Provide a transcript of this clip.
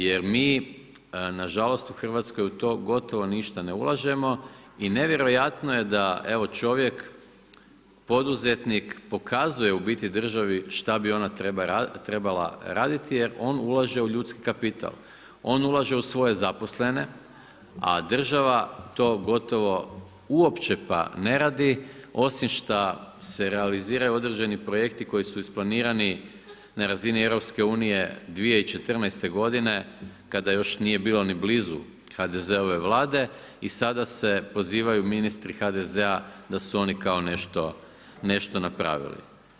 Jer mi nažalost u Hrvatskoj u to gotovo ništa ne ulažemo i ne vjerojatno je da evo čovjek poduzetnik pokazuje u biti državi šta bi ona trebala raditi, jer on ulaže u ljudski kapital, on ulaže u svoje zaposlene, a država to gotovo uopće pa ne radi, osim šta se realiziraju određeni projekti koji su isplanirani na razini EU 2014. godine kada još nije bilo ni blizu HDZ-ove vlade i sada se pozivaju ministri HZD-a da su oni kao nešto napravili.